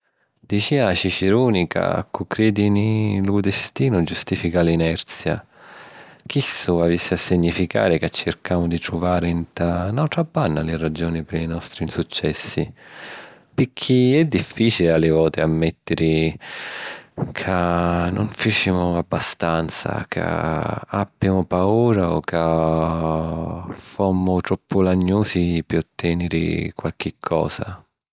Dicìa Ciciruni ca cu cridi nni lu destinu giustìfica l’inerzia. Chistu avissi a significari ca circamu di truvari nta n’àutra banna li ragiuni pi li nostri insuccessi, picchì è diffìcili a li voti ammèttiri ca nun fìcimu abbastanza, ca àppimu paura o ca fommu troppu lagnusi pi ottèniri qualchi cosa.